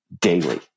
daily